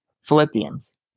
Philippians